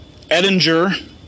Edinger